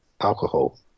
alcohol